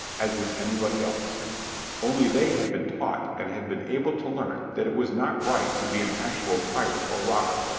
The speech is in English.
as was anybody else only they had been taught and had been able to learn that it was not right to be an actual pirate or robber.